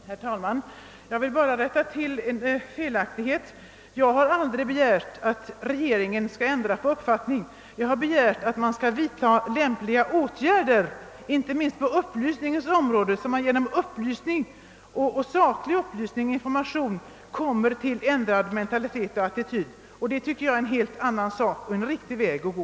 Herr talman! Jag vill bara rätta till en felaktighet. Jag har aldrig begärt att regeringen skall ändra folks uppfattning, men jag har begärt att den skall vidta lämpliga åtgärder, inte minst på upplysningens område, så att man genom saklig upplysning får en annan mentalitet och attityd. Detta tycker jag är en helt annan sak och en riktig väg att gå.